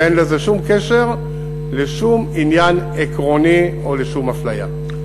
ואין לזה שום קשר לשום עניין עקרוני או לשום אפליה.